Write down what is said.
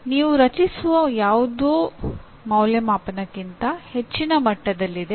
ನೀವು ರಚಿಸುವ ಯಾವುದೂ ಮೌಲ್ಯಅಂಕಣಕ್ಕಿಂತ ಹೆಚ್ಚಿನ ಮಟ್ಟದಲ್ಲಿದೆ